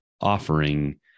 offering